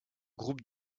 groupe